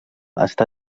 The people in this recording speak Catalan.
està